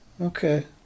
okay